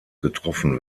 getroffen